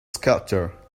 sculpture